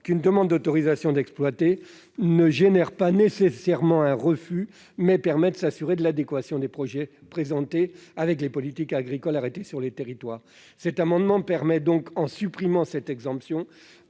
: une demande d'autorisation d'exploiter n'engendre pas nécessairement un refus. Elle permet de s'assurer de l'adéquation des projets présentés avec les politiques agricoles arrêtées dans les territoires. En supprimant cette exemption,